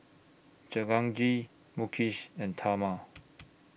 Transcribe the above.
Jehangirr Mukesh and Tharman